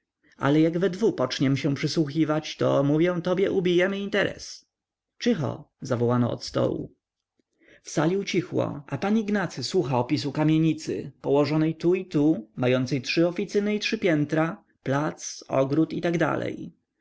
ale jak we dwu poczniem się przysłuchiwać to mówię tobie ubijemy interes czycho zawołano od stołu w sali ucichło a pan ignacy słucha opisu kamienicy położonej tu i tu mającej trzy oficyny i trzy piętra plac ogród i t